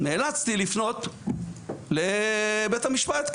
נאלצתי לפנות לבית המשפט,